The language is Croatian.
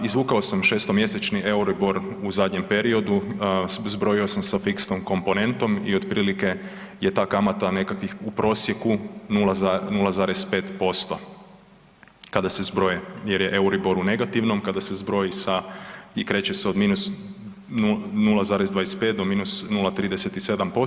Izvukao sam 6-mjesečni Euribor u zadnjem periodu, zbrojio sam sa fiksnom komponentom i otprilike je ta kamata nekakvih, u prosjeku 0,5% kada se zbroje jer je Euribor u negativnom, kada se zbroji sa i kreće se od -0,25 do -0,37%